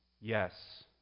yes